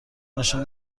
نشان